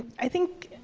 i think,